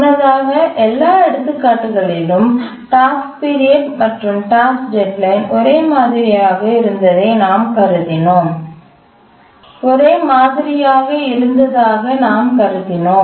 முன்னதாக எல்லா எடுத்துக்காட்டுகளிலும் டாஸ்க்பீரியட் மற்றும் டாஸ்க் டெட்லைன் ஒரே மாதிரியாக இருந்ததாக நாம் கருதினோம்